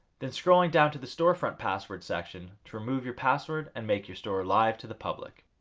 then scrolling down to the storefront password section to remove your password and make your store live to the public.